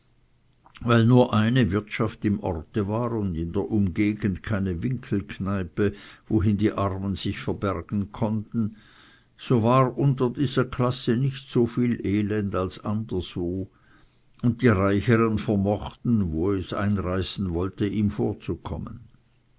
weil nur eine wirtschaft im orte war und in der umgegend keine winkelkneipe wohin die armen sich verbergen konnten so war unter dieser klasse nicht so viel elend als anderswo und die reichern vermochten wo es einreißen wollte ihm vorzukommen